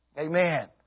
Amen